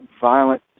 violent